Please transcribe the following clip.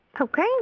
Okay